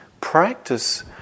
practice